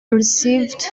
received